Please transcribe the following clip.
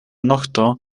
nokto